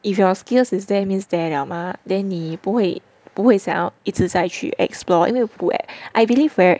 if your skills is there means there liao mah then 你不会不会想要一直在去 explore 因为 I believe right